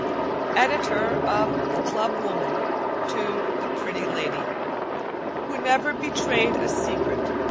editor of the club woman to the pretty lady who never betrayed a secret,